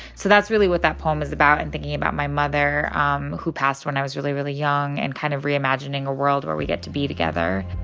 so that's really what that poem is about and thinking about my mother um who passed when i was really, really young and kind of reimagining a world where we get to be together